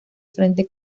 frente